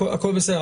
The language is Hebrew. הכול בסדר.